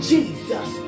Jesus